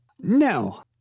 No